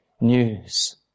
news